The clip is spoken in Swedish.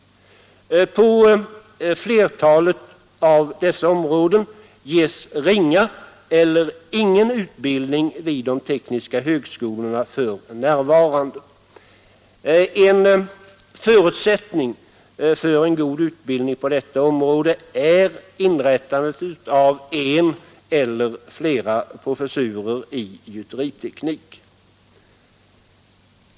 På flertalet av dessa områden ges för närvarande ringa eller ingen utbildning vid de tekniska högskolorna. En förutsättning för en god utbildning på detta område är inrättandet av en eller flera professurer i gjuteriteknik.